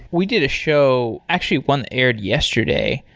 we did a show, actually one aired yesterday,